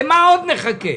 למה עוד נחכה?